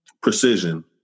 Precision